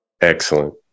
Excellent